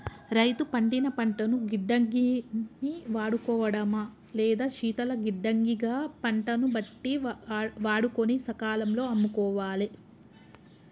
రైతు పండిన పంటను గిడ్డంగి ని వాడుకోడమా లేదా శీతల గిడ్డంగి గ పంటను బట్టి వాడుకొని సకాలం లో అమ్ముకోవాలె